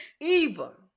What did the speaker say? Eva